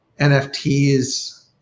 NFTs